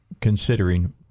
considering